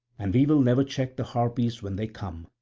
and we will never check the harpies when they come,